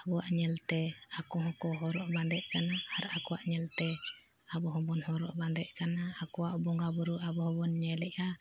ᱟᱵᱚᱣᱟᱜ ᱧᱮᱞᱛᱮ ᱟᱠᱚ ᱦᱚᱸᱠᱚ ᱦᱚᱨᱚᱜ ᱵᱟᱸᱫᱮᱜ ᱠᱟᱱᱟ ᱟᱨ ᱟᱠᱚᱣᱟᱜ ᱧᱮᱞᱛᱮ ᱟᱵᱚ ᱦᱚᱸᱵᱚᱱ ᱦᱚᱨᱚᱜ ᱵᱟᱸᱫᱮᱜ ᱠᱟᱱᱟ ᱟᱠᱚᱣᱟᱜ ᱵᱚᱸᱜᱟ ᱵᱩᱨᱩ ᱟᱵᱚ ᱦᱚᱸᱵᱚᱱ ᱧᱮᱞᱮᱫᱟ